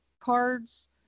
cards